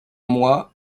mois